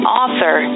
author